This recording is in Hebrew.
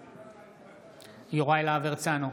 בעד יוראי להב הרצנו,